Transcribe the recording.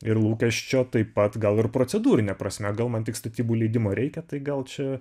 ir lūkesčio taip pat gal ir procedūrine prasme gal man tik statybų leidimo reikia tai gal čia